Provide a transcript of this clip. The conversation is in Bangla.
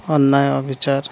অন্যায় অবিচার